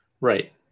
Right